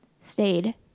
stayed